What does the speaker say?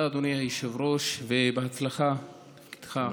תודה, אדוני היושב-ראש, ובהצלחה בתפקידך.